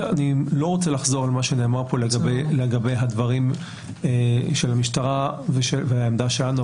אני לא רוצה לחזור על מה שנאמר פה לגבי הדברים של המשטרה והעמדה שלנו.